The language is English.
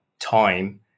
time